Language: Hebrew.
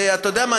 ואתה יודע מה?